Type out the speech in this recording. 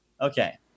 okay